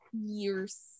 years